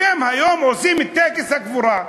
אתם היום עושים את טקס הקבורה.